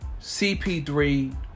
CP3